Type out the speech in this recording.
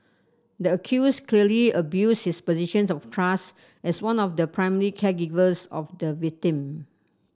the accused clearly abuses his position of trust as one of the primary caregivers of the victim